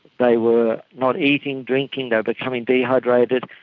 they were not eating, drinking, they were becoming dehydrated,